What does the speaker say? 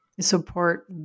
support